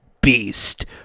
Beast